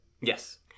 yes